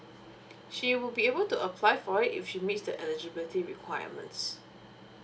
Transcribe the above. she will be able to apply for it if she meets the elibility requirements